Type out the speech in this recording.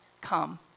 Come